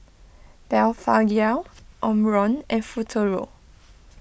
Blephagel Omron and Futuro